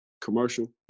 commercial